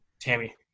Tammy